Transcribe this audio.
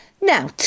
Now